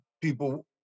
people